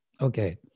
Okay